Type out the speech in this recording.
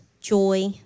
joy